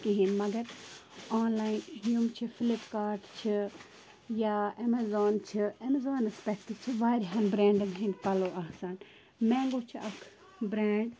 کِہیٖنۍ مگر online یِم چھِ فِلِپ کاٹ چھِ یا اٮ۪مازان چھِ اٮ۪مازانَس پٮ۪ٹھ تہِ چھِ واریاہَن برینٛڈَن ہٕنٛدۍ پَلَو آسان مینگَو چھِ اَکھ برینٛڈ